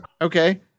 Okay